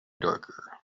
darker